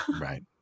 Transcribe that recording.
Right